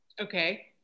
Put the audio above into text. Okay